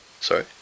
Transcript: Sorry